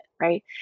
Right